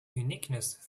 uniqueness